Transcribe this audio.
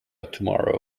tomorrow